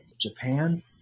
Japan